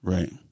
Right